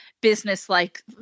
business-like